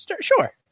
Sure